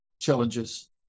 challenges